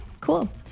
cool